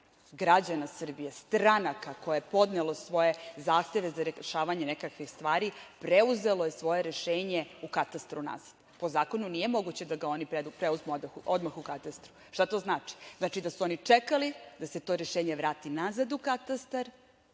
građana Srbije, stranaka koje je podnelo svoje zahteve za rešavanje nekakvih stvari, preuzelo je svoj rešenje u katastru nazad. Po zakonu nije moguće da ga oni preuzmu odmah u katastru. Šta to znači? Znači, da su oni čekali, da se to rešenje vrati nazad u katastar,